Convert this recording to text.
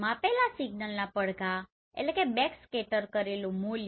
માપેલા સિગ્નલના પડઘા એટલે બેકસ્કેટર કરેલું મૂલ્ય